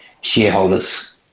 shareholders